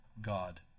God